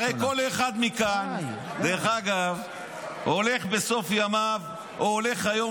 הרי כל אחד כאן הולך בסוף ימיו או הולך היום